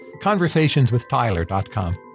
conversationswithtyler.com